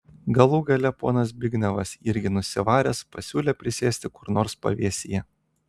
galų gale ponas zbignevas irgi nusivaręs pasiūlė prisėsti kur nors pavėsyje